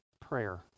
prayer